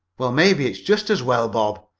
well, maybe it's jest as well, bob,